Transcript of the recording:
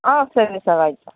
ಆಂ ಸರಿ ಸರ್ ಆಯ್ತು